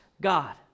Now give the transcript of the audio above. God